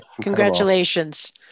Congratulations